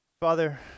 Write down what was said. Father